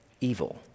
evil